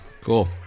Cool